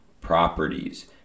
properties